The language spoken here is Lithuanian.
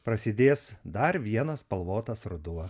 prasidės dar vienas spalvotas ruduo